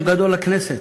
וזה יום גדול לכנסת.